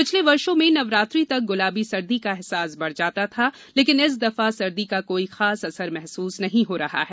पिछले वर्षो में नवरात्रि तक गुलाबी सर्दी का एहसास बढ़ जाता था लेकिन इस दफा सर्दी का कोई खास असर महसूस नहीं हो रहा है